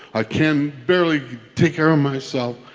i can barely take care of myself,